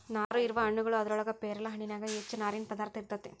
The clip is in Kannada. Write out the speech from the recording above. ನಾರು ಇರುವ ಹಣ್ಣುಗಳು ಅದರೊಳಗ ಪೇರಲ ಹಣ್ಣಿನ್ಯಾಗ ಹೆಚ್ಚ ನಾರಿನ ಪದಾರ್ಥ ಇರತೆತಿ